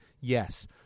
Yes